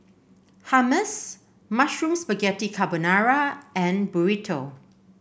Hummus Mushroom Spaghetti Carbonara and Burrito